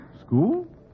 School